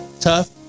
Tough